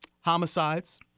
homicides